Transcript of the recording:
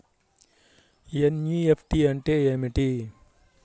NEFT అంటే ఏమిటీ?